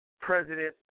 president